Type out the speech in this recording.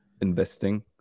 investing